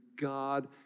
God